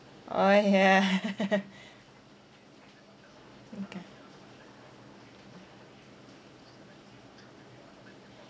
orh yeah okay